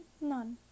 None